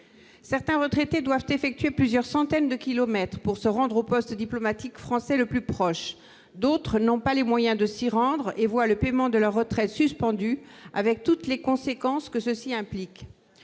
Certains retraités doivent effectuer plusieurs centaines de kilomètres pour se rendre au poste diplomatique français le plus proche ; d'autres n'ont pas les moyens de s'y rendre et voient le paiement de leur retraite suspendu, avec toutes les conséquences que cela implique.